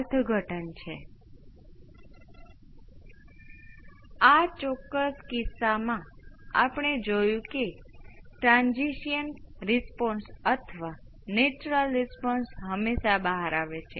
સર્કિટનો natural response હંમેશા એક જ રહે છે માત્ર એ વસ્તુ કે જે ગુણાંક બદલાશે અને આ ગુણાંક પણ તેના પર નિર્ભર રહેશે તમે કયા ફોર્સિંગ ઇનપુટને લાગુ કરો છો તેને ફોર્સીંગ ફંક્શન તરીકે ઓળખવામાં આવે છે